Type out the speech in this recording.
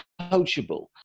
coachable